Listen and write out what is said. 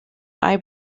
eye